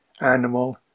animal